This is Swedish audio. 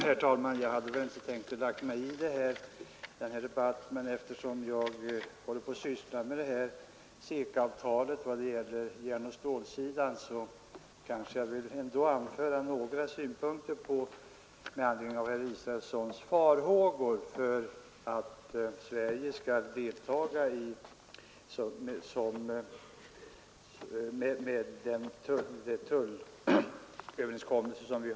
Herr talman! Jag hade inte tänkt lägga mig i den här debatten, men eftersom jag sysslar med CECA-avtalet för järnoch stålsidan vill jag ändå anföra några synpunkter med anledning av herr Israelssons farhågor för att Sverige skall delta med tullöverenskommelserna med EG.